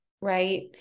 Right